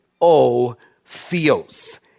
o-theos